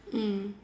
mm